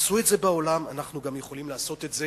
עשו את זה בעולם, ואנחנו יכולים לעשות את זה